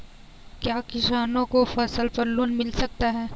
क्या किसानों को फसल पर लोन मिल सकता है?